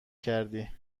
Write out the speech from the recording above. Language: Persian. کردی